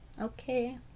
Okay